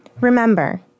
Remember